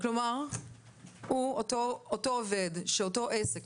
כלומר אותו עובד שאותו עסק,